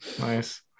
nice